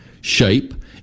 shape